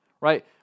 right